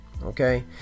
Okay